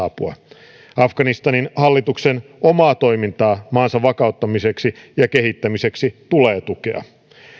apua afganistanin hallituksen omaa toimintaa maansa vakauttamiseksi ja kehittämiseksi tulee tukea